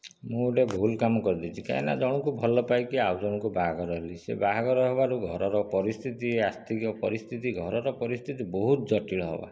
ମୁଁ ଗୋଟେ ଭୁଲ କାମ କରିଦେଇଛି କାହିଁକି ନା ଜଣକୁ ଭଲ ପାଇକି ଆଉ ଜଣକୁ ବାହାଘର ହେଲି ସେ ବାହାଘର ହବାରୁ ଘରର ପରିସ୍ଥିତି ଆର୍ଥିକ ପରିସ୍ଥିତି ଘରର ପରିସ୍ଥିତି ବହୁତ ଜଟିଳ ହବା